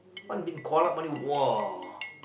once been call up already !wah!